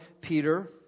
Peter